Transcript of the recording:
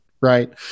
right